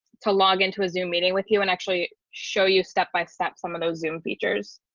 to log into a zoom meeting with you and actually show you step by step some of those zoom features.